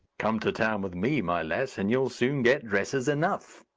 come to town with me, my lass, and you'll soon get dresses enough.